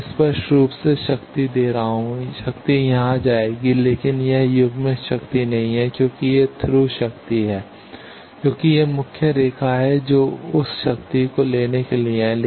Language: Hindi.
मैं स्पष्ट रूप से शक्ति दे रहा हूं शक्ति यहां जाएगी लेकिन यह युग्मित शक्ति नहीं है क्योंकि यह थ्रू शक्ति है क्योंकि यह मुख्य रेखा है जो उस शक्ति को लेने के लिए है